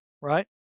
right